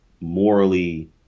morally